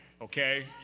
okay